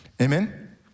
Amen